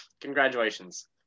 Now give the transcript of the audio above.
congratulations